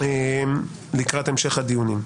לקראת המשך הדיונים.